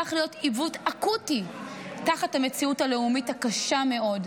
שהפך להיות עיוות אקוטי תחת המציאות הלאומית הקשה מאוד.